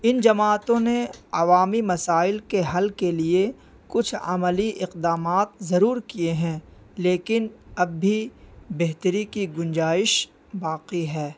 ان جماعتوں نے عوامی مسائل کے حل کے لیے کچھ عملی اقدامات ضرور کیے ہیں لیکن اب بھی بہتری کی گنجائش باقی ہے